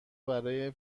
برای